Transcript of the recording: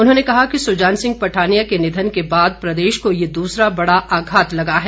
उन्होंने कहा कि सुजान सिंह पठानिया के निधन के बाद प्रदेश को यह दूसरा बड़ा आघात लगा है